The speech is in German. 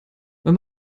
wenn